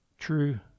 True